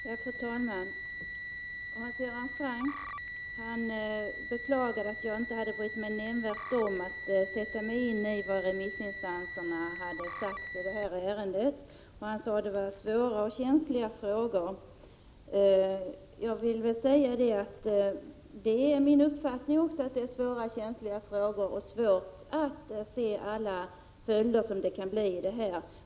Fru talman! Hans Göran Franck beklagar att jag inte har brytt mig nämnvärt om att sätta mig in i vad remissinstanserna har sagt i detta ärende. Han sade att detta var svåra och känsliga frågor. Det är också min uppfattning att detta är svåra och känsliga frågor och att det är svårt att se alla följder som kan uppkomma.